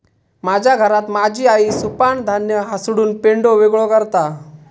माझ्या घरात माझी आई सुपानं धान्य हासडून पेंढो वेगळो करता